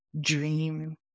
dream